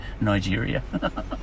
Nigeria